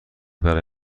برای